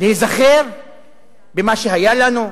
להיזכר במה שהיה לנו,